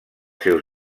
seus